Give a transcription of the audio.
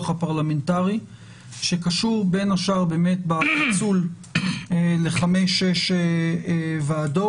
הפרלמנטרי שקשור בין השאר באמת בפיצול לחמש-שש ועדות.